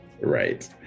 Right